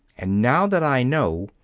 and now that i know,